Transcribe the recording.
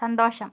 സന്തോഷം